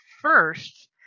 First